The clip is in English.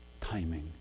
timing